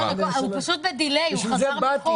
אלון, הוא פשוט בדיליי, הוא חזר מחו"ל.